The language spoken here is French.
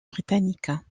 britanniques